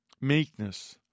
Meekness